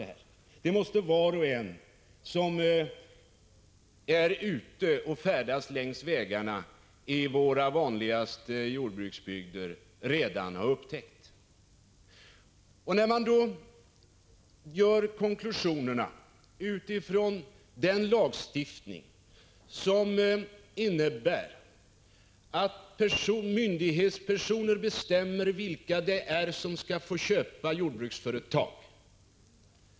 Det måste var och en som färdas längs vägarna i våra vanligaste jordbruksbygder redan ha upptäckt. Vi har en lagstiftning som innebär att myndighetspersoner bestämmer vilka som skall få köpa jordbruksföretag.